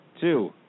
Two